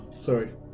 sorry